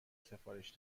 سفارش